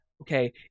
okay